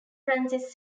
francis